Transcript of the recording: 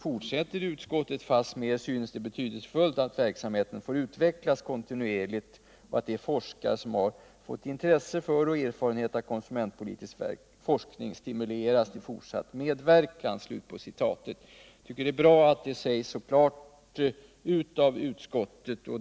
Fastmer synes det betydelsefullt att verksamheten får utvecklas kontinuerligt och att de forskare som har fått intresse för och erfarenhet av konsumentpolitisk forskning stimuleras till fortsatt medverkan.” Jag tycker att det är bra att det sägs så klart ut av utskottet.